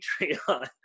patreon